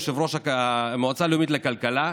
יושב-ראש המועצה הלאומית לכלכלה,